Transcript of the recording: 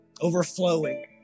overflowing